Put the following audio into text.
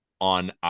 on